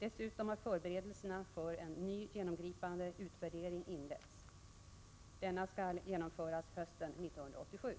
Dessutom har förberedelserna för en ny genomgripande utvärdering inletts. Denna skall genomföras hösten 1987.